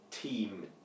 team